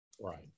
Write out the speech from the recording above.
Right